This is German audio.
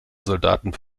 soldaten